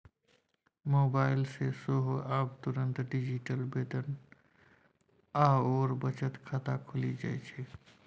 mobile सँ सेहो आब तुरंत डिजिटल वेतन आओर बचत खाता खुलि जाइत छै